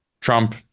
Trump